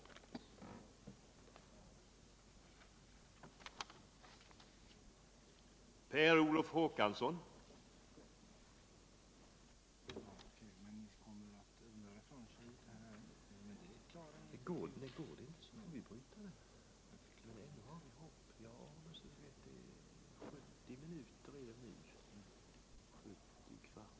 för befintlig bebyg